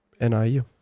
NIU